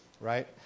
right